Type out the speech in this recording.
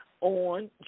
on